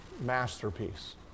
masterpiece